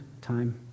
time